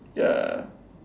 ya